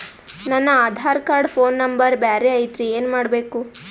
ನನ Aadhaar card phone number ಬ್ಯಾರೆ ಐತ್ರಿ ಏನ ಮಾಡಬೇಕು?